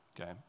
okay